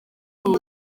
iki